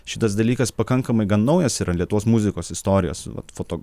šitas dalykas pakankamai gan naujas yra lietuvos muzikos istorijos vat foto